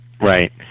right